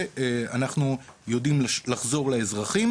ואנחנו יודעים לחזור לאזרחים